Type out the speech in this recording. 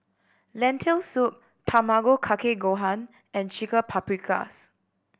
Lentil Soup Tamago Kake Gohan and Chicken Paprikas